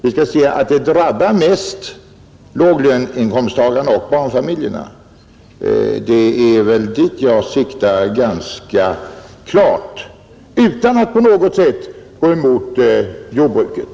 Vi skall se på att det främst drabbar låginkomsttagarna och barnfamiljerna, Det är dessa kategorier jag först och främst tänker på — detta dock utan att på något sätt gå emot vår modernäring, jordbruket.